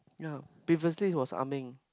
ya previously it was Ah-Meng